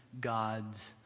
God's